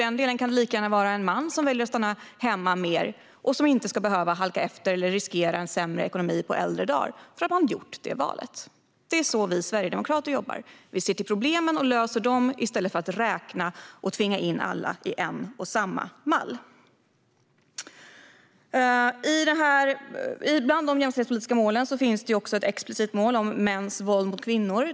Det kan ju lika gärna vara en man som väljer att stanna hemma mer och som inte ska behöva halka efter eller riskera en sämre ekonomi på äldre dagar för att han har gjort det valet. Det är så vi sverigedemokrater jobbar. Vi ser till problemen och löser dem i stället för att räkna och tvinga in alla i en och samma mall. Bland de jämställdhetspolitiska målen finns också ett explicit mål om mäns våld mot kvinnor.